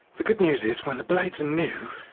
the good news is, when the blades are new